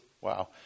Wow